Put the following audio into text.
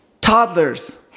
toddlers